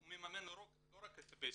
הוא מממן לא רק את וסטי,